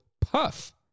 puff